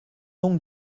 donc